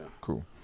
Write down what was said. Cool